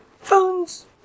Phones